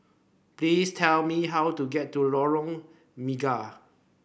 please tell me how to get to Lorong Mega